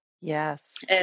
Yes